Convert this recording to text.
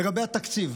לגבי התקציב,